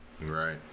Right